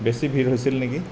বেছি ভিৰ হৈছিল নেকি